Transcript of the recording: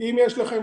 אם יש לכם,